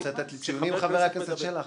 אתה רוצה לתת לי ציונים, חבר הכנסת שלח?